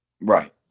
Right